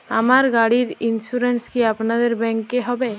আমার গাড়ির ইন্সুরেন্স কি আপনাদের ব্যাংক এ হবে?